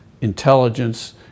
intelligence